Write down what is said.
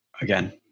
again